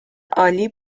عالی